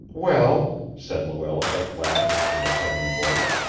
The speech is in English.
well, said luella at last, in a cutting voice,